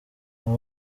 aba